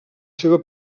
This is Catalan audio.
seva